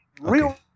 Real